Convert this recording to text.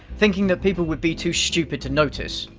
thinking that people would be too stupid to notice.